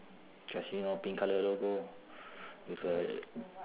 casino pink colour logo with a